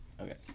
Okay